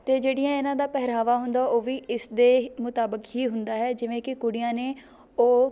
ਅਤੇ ਜਿਹੜੀਆਂ ਇਹਨਾਂ ਦਾ ਪਹਿਰਾਵਾ ਹੁੰਦਾ ਉਹ ਵੀ ਇਸਦੇ ਹ ਮੁਤਾਬਕ ਹੀ ਹੁੰਦਾ ਹੈ ਜਿਵੇਂ ਕਿ ਕੁੜੀਆਂ ਨੇ ਉਹ